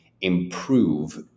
improve